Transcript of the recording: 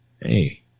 Hey